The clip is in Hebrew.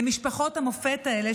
למשפחות המופת האלה,